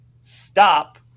Stop